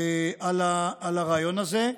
על הרעיון הזה.